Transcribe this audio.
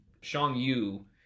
Shang-Yu